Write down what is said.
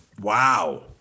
Wow